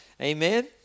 Amen